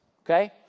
okay